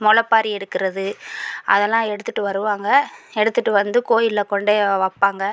முளைப்பாரி எடுக்கிறது அதெல்லாம் எடுத்துட்டு வருவாங்க எடுத்துட்டு வந்து கோயிலில் கொண்டு வைப்பாங்க